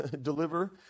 deliver